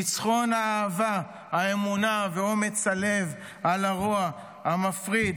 ניצחון האהבה, האמונה ואומץ הלב על הרוע המפריד,